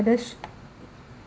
others